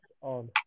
on